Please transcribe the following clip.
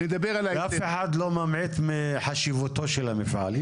אף אחד לא ממעיט מחשיבותו של המפעל,